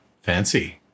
Fancy